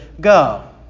go